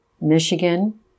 Michigan